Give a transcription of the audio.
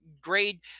grade